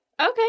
Okay